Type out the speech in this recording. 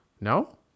No